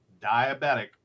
diabetic